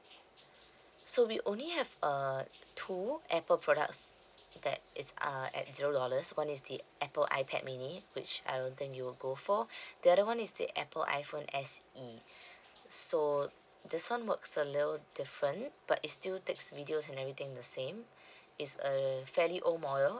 so we only have uh two apple products that it's uh at zero dollars one is the apple ipad mini which I don't think you'll go for the other one is the apple iphone S_E so this one works a little different but it still takes videos and everything the same it's uh fairly old model